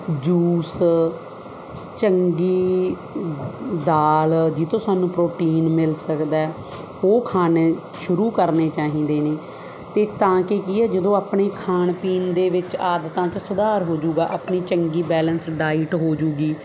juice ਚੰਗੀ ਦਾਲ ਜਿਸ ਤੋਂ ਸਾਨੂੰ ਪ੍ਰੋਟੀਨ ਮਿਲ ਸਕਦਾ ਉਹ ਖਾਣੇ ਸ਼ੁਰੂ ਕਰਨੇ ਚਾਹੀਦੇ ਨੇ ਅਤੇ ਤਾਂ ਕਿ ਕੀ ਹੈ ਜਦੋਂ ਆਪਣੇ ਖਾਣ ਪੀਣ ਦੇ ਵਿੱਚ ਆਦਤਾਂ 'ਚ ਸੁਧਾਰ ਹੋ ਜੂਗਾ ਆਪਣੀ ਚੰਗੀ ਬੈਲੈਂਸ ਡਾਇਟ ਹੋ ਜੂਗੀ